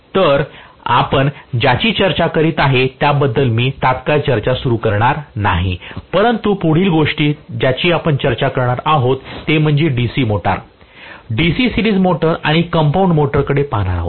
तर आपण ज्याची चर्चा करीत आहे त्याबद्दल मी तत्काळ चर्चा सुरू करणार नाही परंतु पुढील गोष्टी ज्याची आपण चर्चा करणार आहोत ते म्हणजे DC motor DC series motor आणि कंपाऊंड मोटरकडेही पाहणार आहोत